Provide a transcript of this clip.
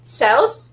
cells